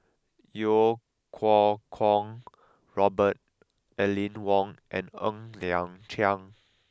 Iau Kuo Kwong Robert Aline Wong and Ng Liang Chiang